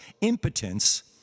impotence